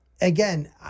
Again